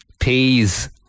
Peas